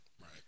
Right